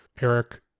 Eric